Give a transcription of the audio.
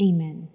Amen